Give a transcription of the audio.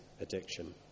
addiction